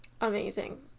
amazing